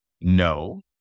No